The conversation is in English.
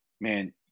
man